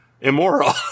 immoral